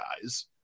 guys